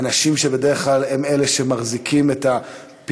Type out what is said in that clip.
אנשים שבדרך כלל הם אלה שמחזיקים את הפעילות,